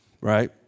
right